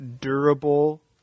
durable